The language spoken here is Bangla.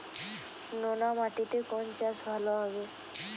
নোনা মাটিতে কোন চাষ ভালো হবে?